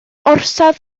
orsaf